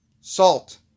salt